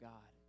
God